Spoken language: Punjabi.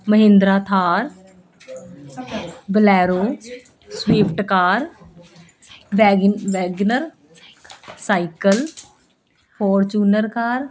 Mahindra Thar Bolero Swift car ਵੈਗੀ ਵੈਗਨਰ ਸਾਈਕਲ ਫੋਰਚੂਨਰ ਕਾਰ